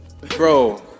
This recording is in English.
bro